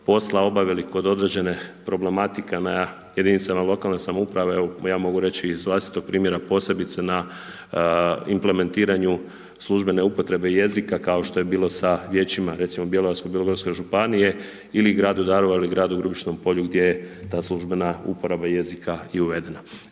posla obavili kod određene problematike na jedinicama lokalne samouprave ja mogu reći, iz vlastitog primjera posebice na implementiranju službene upotrebe jezika, kao što je bilo sa vijećima, recimo Bjelovarsko bilogorske županije ili gradu Daruvaru ili gradu Grubišnom Polju gdje ta službena uporaba jezika i uvedena.